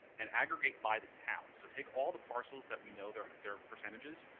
and aggregate by the towns? so take all the parcels that we know their their percentages,